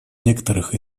некоторых